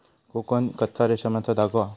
कोकन कच्च्या रेशमाचो धागो हा